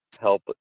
help